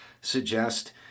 suggest